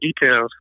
details